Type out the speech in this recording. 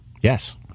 yes